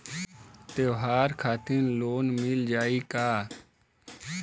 त्योहार खातिर लोन मिल जाई का?